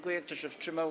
Kto się wstrzymał?